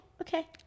okay